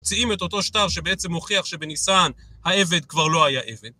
מציעים את אותו שטר שבעצם מוכיח שבניסן העבד כבר לא היה עבד.